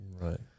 Right